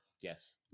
Yes